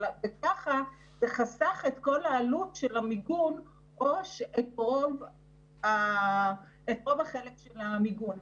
כך זה חסך את כל העלות של המיגון או את רוב החלק של המיגון.